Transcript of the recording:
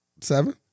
Seven